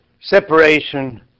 separation